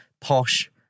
posh